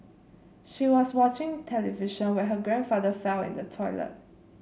she was watching television when her grandfather found in the toilet